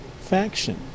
faction